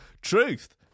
Truth